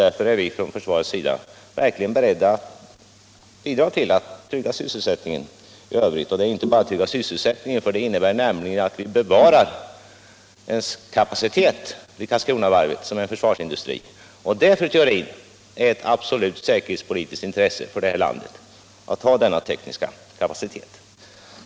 Därför är vi från försvarets sida verkligen beredda att bidra till att trygga sysselsättningen i övrigt. Det gäller dessutom inte bara att trygga sysselsättningen utan också att bevara Karlskronavarvets kapacitet som en försvarsindustri. Det är, fru Theorin, ett definitivt säkerhetspolitiskt intresse för vårt land att ha denna tekniska kapacitet.